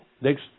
Next